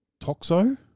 Toxo